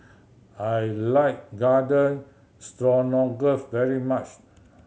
I like Garden Stroganoff very much